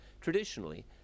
Traditionally